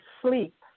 sleep